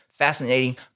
fascinating